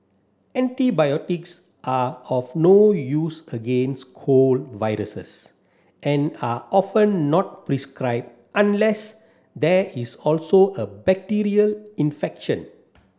antibiotics are of no use against cold viruses and are often not prescribed unless there is also a bacterial infection